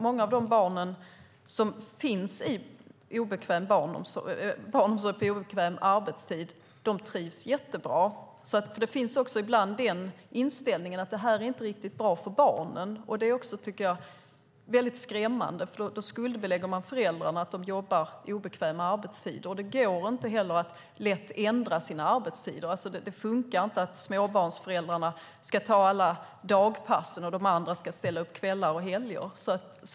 Många av de barn som finns i barnomsorg på obekväm arbetstid trivs jättebra. Den inställningen finns ibland också att det här inte är riktigt bra för barnen. Det tycker jag är väldigt skrämmande, för då skuldbelägger man föräldrarna för att de jobbar på obekväma arbetstider. Det går inte heller att lätt ändra sina arbetstider. Det funkar inte att småbarnsföräldrarna ska ta alla dagpassen och att de andra ska ställa upp kvällar och helger.